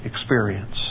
experience